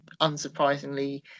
unsurprisingly